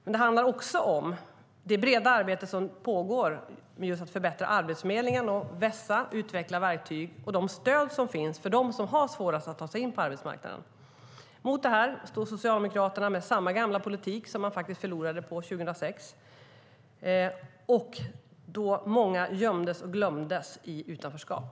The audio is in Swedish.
Men det handlar också om det breda arbete som pågår med att förbättra Arbetsförmedlingen, vässa och utveckla verktyg samt att förbättra de stöd som finns för dem som har svårast att ta sig in på arbetsmarknaden. Mot detta står Socialdemokraterna med samma gamla politik som man förlorade på 2006, då många gömdes och glömdes i utanförskap.